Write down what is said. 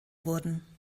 wurden